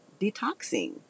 detoxing